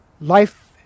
life